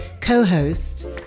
co-host